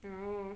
oh